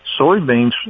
soybeans